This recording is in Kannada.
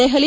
ದೆಹಲಿ